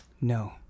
No